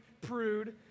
prude